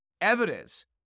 evidence